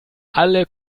alle